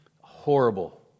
Horrible